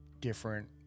different